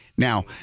Now